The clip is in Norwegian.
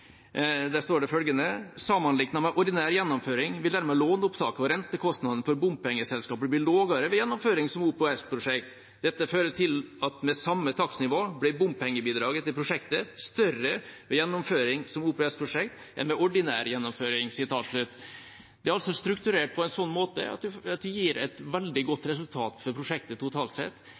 det står følgende: «Samanlikna med ordinær gjennomføring vil dermed låneopptaket og rentekostnadene for bompengeselskapet bli lågare ved gjennomføring som OPS-prosjekt. Dette fører til at med same takstnivå blir bompengebidraget til prosjektet større ved gjennomføring som OPS-prosjekt enn ved ordinær gjennomføring.» Det er altså strukturert på en sånn måte at det gir et veldig godt resultat for prosjektet totalt sett.